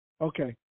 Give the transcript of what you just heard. Okay